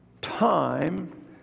time